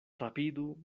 rapidu